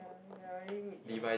very good in jeans